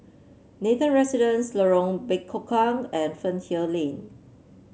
Nathan Residences Lorong Bekukong and Fernvale Lane